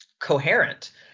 coherent